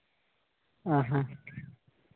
ᱚᱸᱻ ᱦᱚᱸ